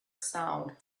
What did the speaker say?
sound